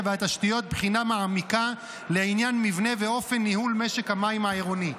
והתשתיות בחינה מעמיקה לעניין מבנה ואופן ניהול משק המים העירוני.